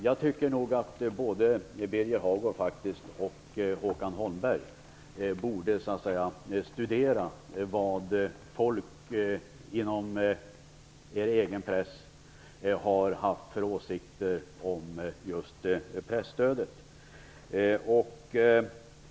Jag tycker nog att både Birger Hagård och Håkan Holmberg borde studera vad folk inom er egen press har haft för åsikter om just presstödet.